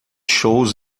shows